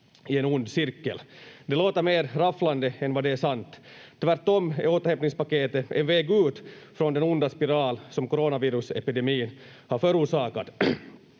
i en ond cirkel. Det låter mer rafflande än vad det är sant. Tvärtom är återhämtningspaketet en väg ut från den onda spiral som coronavirusepidemin har förorsakat.